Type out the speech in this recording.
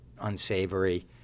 unsavory